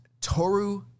Toru